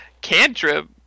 Cantrip